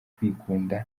kwikunda